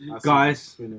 Guys